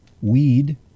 weed